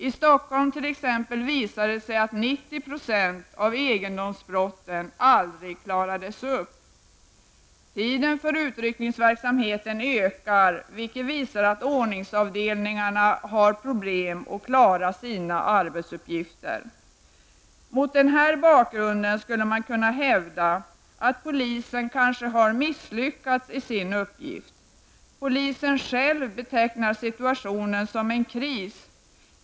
I t.ex. Stockholm visar det sig att 90 % av egendomsbrotten aldrig klaras upp. Tiden för utryckningsverksamheten ökar, vilket visar att ordningsavdelningarna har problem med att klara sina arbetsuppgifter. Mot denna bakgrund skulle man kunna hävda att polisen kanske har misslyckats i sin uppgift. Polisen själv betecknar situationen som en kris.